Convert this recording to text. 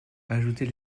ajoutez